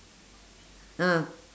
ah